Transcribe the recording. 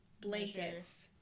Blankets